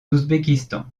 ouzbékistan